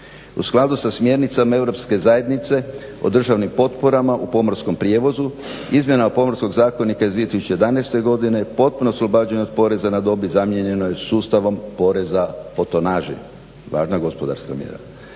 U skladu sa smjernicama Europske zajednice o državnim potporama u pomorskom prijevozu izmjena pomorskog zakonika iz 2011.godine potpuno je oslobođena od poreza na dobit, zamijenjeno je sustavom poreza po tonaži, važna gospodarska mjera.